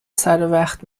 سروقت